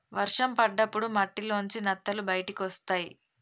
వర్షం పడ్డప్పుడు మట్టిలోంచి నత్తలు బయటకొస్తయ్